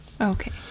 Okay